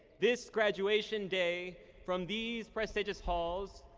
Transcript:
this graduation day from these prestigious halls,